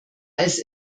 als